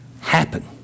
Happen